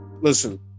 listen